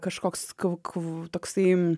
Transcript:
kažkoks kau ku toksai